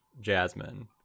Jasmine